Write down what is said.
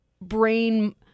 brain